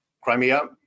Crimea